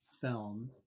film